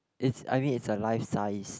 it's I mean it's a life sized